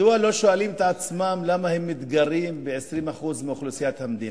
מדוע הם לא שואלים את עצמם למה הם מתגרים ב-20% מאוכלוסיית המדינה?